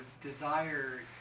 desire